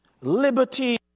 liberty